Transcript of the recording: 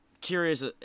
curious